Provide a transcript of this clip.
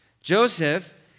Joseph